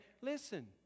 Listen